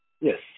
Yes